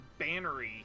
bannery